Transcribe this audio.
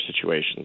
situations